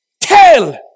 Tell